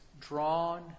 drawn